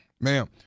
ma'am